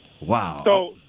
Wow